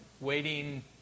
waiting